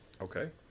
Okay